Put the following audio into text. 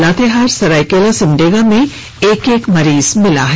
लातेहार सरायकेला सिमडेगा में एक एक मरीज मिले हैं